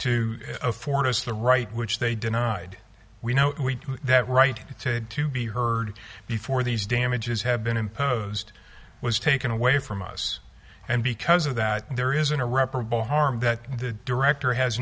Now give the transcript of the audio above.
to afford us the right which they denied we know that right to be heard before these damages had been imposed was taken away from us and because of that there is an irreparable harm that the director has